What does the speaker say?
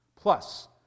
Plus